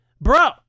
Bro